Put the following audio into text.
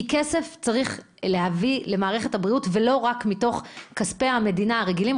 כי צריך להביא כסף למערכת הבריאות ולא רק מתוך כספי המדינה הרגילים.